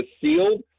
sealed